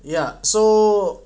ya so